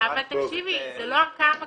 זו לא ערכאה מקבילה,